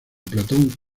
platón